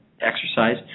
exercise